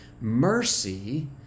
mercy